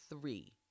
three